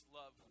love